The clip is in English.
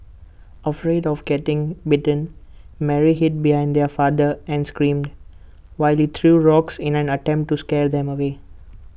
afraid of getting bitten Mary hid behind her father and screamed while he threw rocks in an attempt to scare them away